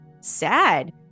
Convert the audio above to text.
sad